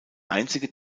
einzige